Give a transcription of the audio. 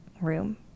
room